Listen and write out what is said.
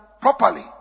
properly